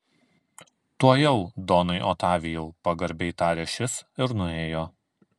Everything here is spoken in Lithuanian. tuojau donai otavijau pagarbiai tarė šis ir nuėjo